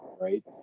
right